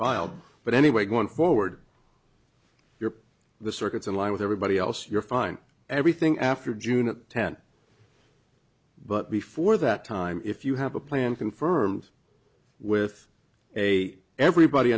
filed but anyway going forward you're the circuits in line with everybody else you're fine everything after june tenth but before that time if you have a plan confirmed with a everybody